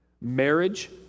Marriage